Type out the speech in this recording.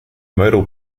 modal